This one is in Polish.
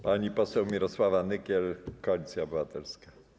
Pani poseł Mirosława Nykiel, Koalicja Obywatelska.